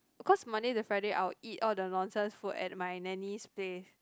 because Monday to Friday I will eat all the nonsense food at my nanny's place